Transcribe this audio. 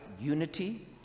unity